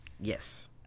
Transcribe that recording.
Yes